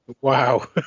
wow